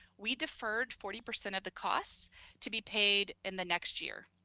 we deferred forty percent of the costs to be paid in the next year.